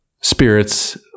spirits